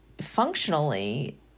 functionally